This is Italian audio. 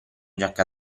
giacca